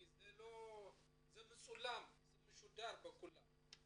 כי זה משודר ומצולם.